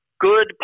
good